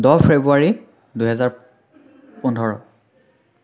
দহ ফেব্ৰুৱাৰী দুহেজাৰ পোন্ধৰ